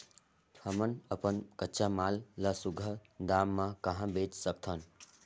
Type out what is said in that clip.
हमन अपन कच्चा माल ल सुघ्घर दाम म कहा बेच सकथन?